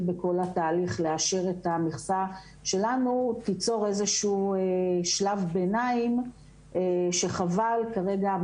בכל התהליך לאשר את המכסה שלנו תיצור איזה שהוא שלב ביניים שחבל כרגע,